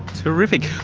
terrific.